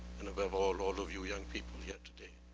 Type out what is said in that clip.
and above all, all of you young people here today,